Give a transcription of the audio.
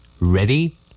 Ready